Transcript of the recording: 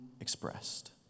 expressed